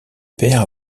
pair